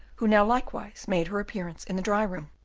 who now likewise made her appearance in the dry-room,